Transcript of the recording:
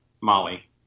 Molly